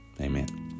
Amen